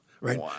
right